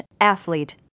athlete